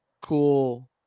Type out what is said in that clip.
cool